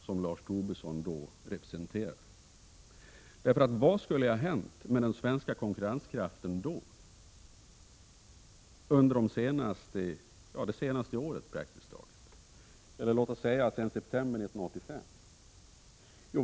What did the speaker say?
Vad skulle då egentligen ha hänt med den svenska konkurrenskraften under det senaste året — eller låt oss säga sedan september 1985?